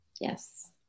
Yes